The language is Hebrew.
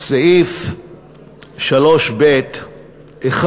סעיף 3ב1